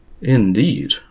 Indeed